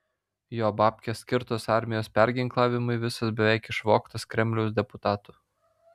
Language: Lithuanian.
jo babkės skirtos armijos perginklavimui visos beveik išvogtos kremliaus deputatų